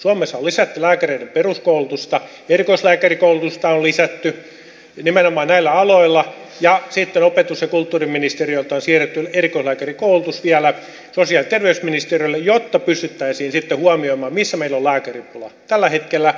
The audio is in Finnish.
suomessa on lisätty lääkäreiden peruskoulutusta erikoislääkärikoulutusta on lisätty nimenomaan näillä aloilla ja sitten opetus ja kulttuuriministeriöltä on siirretty erikoislääkärikoulutus vielä sosiaali ja terveysministeriölle jotta pystyttäisiin sitten huomioimaan missä meillä on lääkäripula